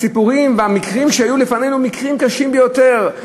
הסיפורים והמקרים שהיו לפנינו הם קשים ביותר.